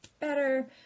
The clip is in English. better